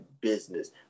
business